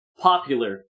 popular